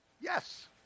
yes